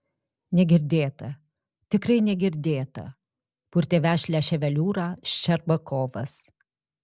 negirdėta tikrai negirdėta purtė vešlią ševeliūrą ščerbakovas